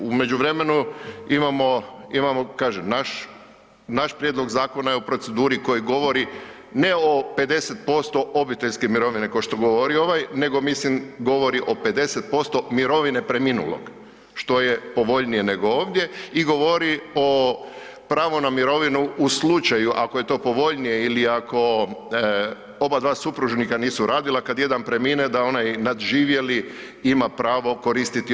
U međuvremenu imamo, imamo kažem naš, naš prijedlog zakona je u proceduri koji govori ne o 50% obiteljske mirovine košto govori ovaj, nego mislim govori o 50% mirovine preminulog, što je povoljnije nego ovdje i govori o pravo na mirovinu u slučaju ako je to povoljnije ili ako obadva supružnika nisu radila, kad jedan premine da onaj nadživjeli ima pravo koristiti 80%